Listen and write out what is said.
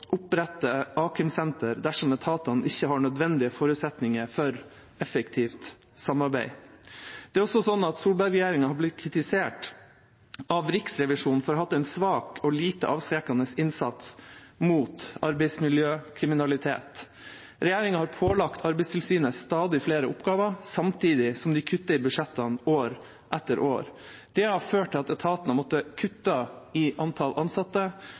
opprette a-krimsentre dersom etatene ikke har nødvendige forutsetninger for effektivt samarbeid. Det er også sånn at Solberg-regjeringa har blitt kritisert av Riksrevisjonen for å ha hatt en svak og lite avskrekkende innsats mot arbeidsmiljøkriminalitet. Regjeringa har pålagt Arbeidstilsynet stadig flere oppgaver, samtidig som de kutter i budsjettene år etter år. Det har ført til at etaten har måttet kutte i antallet ansatte,